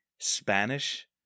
Spanish